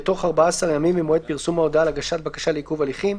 בתוך 14 ימים ממועד פרסום ההודעה על הגשת בקשה לעיכוב הליכים,